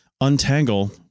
untangle